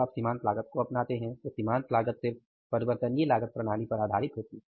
जब आप सीमांत लागत को अपनाते हैं तो सीमांत लागत सिर्फ परिवर्तनीय लागत प्रणाली पर आधारित होती है